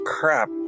crap